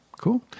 cool